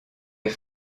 est